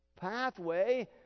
pathway